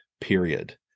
period